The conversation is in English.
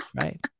right